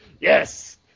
Yes